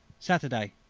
saturday,